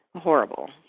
horrible